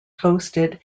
hosted